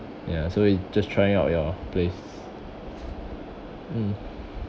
ya so we just try out your place mm